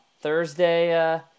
Thursday